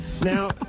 Now